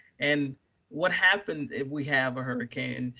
and what happens if we have a hurricane,